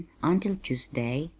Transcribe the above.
until tuesday.